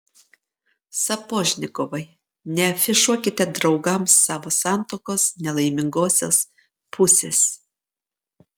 sapožnikovai neafišuokite draugams savo santuokos nelaimingosios pusės